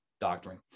doctrine